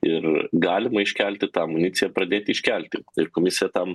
ir galima iškelti tą amuniciją pradėt iškelti ir komisija tam